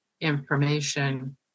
information